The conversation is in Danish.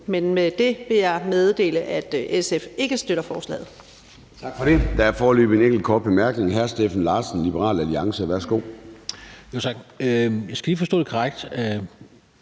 Men med det sagt vil jeg meddele, at SF ikke støtter forslaget.